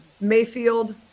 mayfield